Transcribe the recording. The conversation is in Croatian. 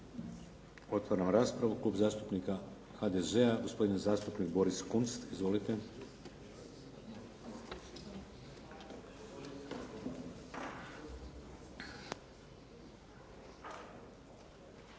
Otvaram raspravu. Klub zastupnika HDZ-a gospodin zastupnik Boris Kunst. Izvolite.